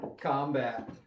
combat